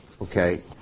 okay